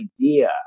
idea